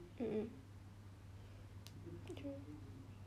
uh mm true